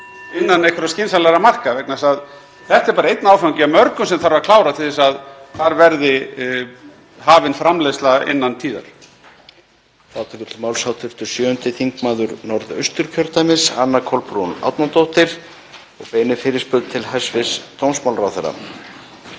innan einhverra skynsamlegra marka vegna þess að þetta er bara einn áfangi af mörgum sem þarf að klára til þess að þar verði hafin framleiðsla innan tíðar.